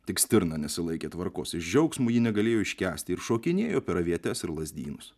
tik stirna nesilaikė tvarkos iš džiaugsmo ji negalėjo iškęsti ir šokinėjo per avietes ir lazdynus